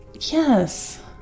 Yes